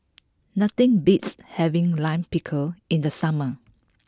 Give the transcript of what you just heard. nothing beats having Lime Pickle in the summer